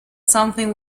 something